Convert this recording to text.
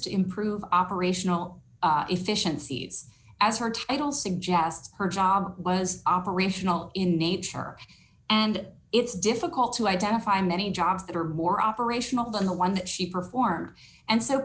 to improve operational efficiencies as her title suggests her job was operational in nature and it's difficult to identify many jobs that are more operational than the one that she performed and so